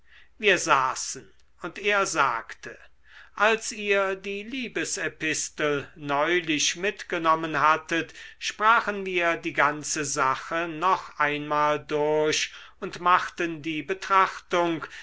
wir saßen und er sagte als ihr die liebesepistel neulich mitgenommen hattet sprachen wir die ganze sache noch einmal durch und machten die betrachtung